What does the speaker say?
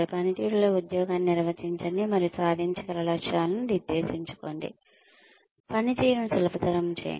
పనితీరులో ఉద్యోగాన్ని నిర్వచించండి మరియు సాధించగల లక్ష్యాలను నిర్దేశించుకోండి పనితీరును సులభతరం చేయండి